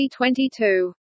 2022